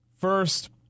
First